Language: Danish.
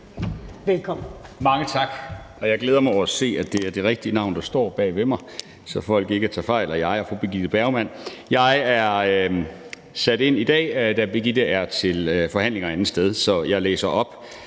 (KF): Mange tak. Jeg glæder mig over at se, at det er det rigtige navn, der står bag ved mig, så folk ikke tager fejl af mig og fru Birgitte Bergman. Jeg er sat ind i dag, da Birgitte er til forhandlinger andetsteds, så jeg læser op: